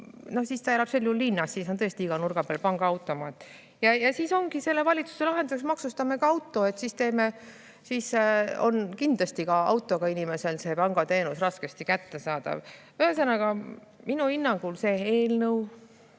siis ta elab sel juhul linnas, kus on tõesti iga nurga peal pangaautomaat. Ja siis ongi selle valitsuse lahendus maksustada ka auto, sest siis on kindlasti ka autoga inimesele see pangateenus raskesti kättesaadav. Ühesõnaga, minu hinnangul see eelnõu